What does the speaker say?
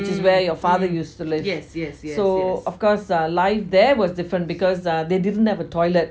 which is where your father used to live so of course life there was different because they didn't have a toilet